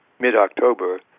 mid-October